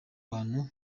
bantu